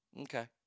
Okay